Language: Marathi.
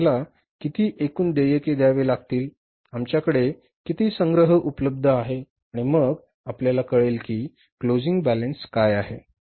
तर आम्हाला किती एकूण देयके द्यावी लागतील आमच्याकडे किती संग्रह उपलब्ध आहे आणि मग आपल्याला कळेल की क्लोजिंग बॅलन्स काय आहे